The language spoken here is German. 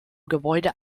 gebäude